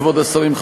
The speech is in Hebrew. כבוד השרים,